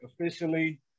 officially